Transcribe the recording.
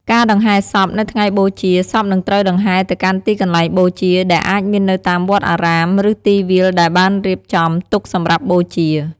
ការដង្ហែសព នៅថ្ងៃបូជា សពនឹងត្រូវដង្ហែទៅកាន់ទីកន្លែងបូជា ដែលអាចមាននៅតាមវត្តអារាម ឬទីវាលដែលបានរៀបចំទុកសម្រាប់បូជា។